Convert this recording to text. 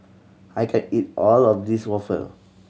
I can't eat all of this waffle